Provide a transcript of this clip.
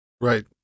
Right